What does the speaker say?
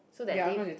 so that day